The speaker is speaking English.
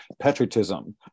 patriotism